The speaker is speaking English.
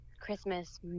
Christmas